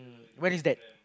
where is that